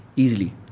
easily